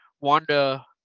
Wanda